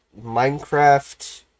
Minecraft